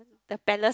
the Palace